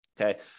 okay